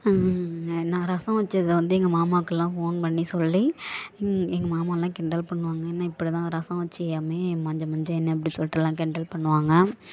நான் ரசம் வச்சதை வந்து எங்கள் மாமாக்கு எல்லாம் ஃபோன் பண்ணி சொல்லி எங்கள் மாமா எல்லாம் கிண்டல் பண்ணுவாங்க என்ன இப்படி தான் ரசம் வச்சியாமே மஞ்ச மஞ்சேன்னு அப்படி சொல்லிட்டெல்லாம் கிண்டல் பண்ணுவாங்க